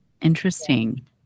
interesting